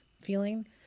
feeling